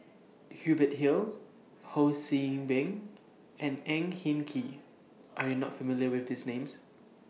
Hubert Hill Ho See Beng and Ang Hin Kee Are YOU not familiar with These Names